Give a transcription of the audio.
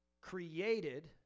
created